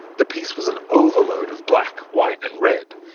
the piece was an overload of black, white, and red,